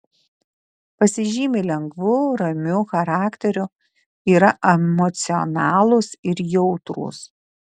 pasižymi lengvu ramiu charakteriu yra emocionalūs ir jautrūs